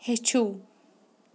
ہیٚچھو